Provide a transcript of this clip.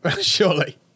surely